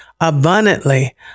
abundantly